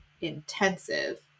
intensive